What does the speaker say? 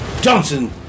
Johnson